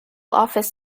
office